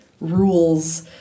rules